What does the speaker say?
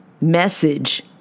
message